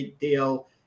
deal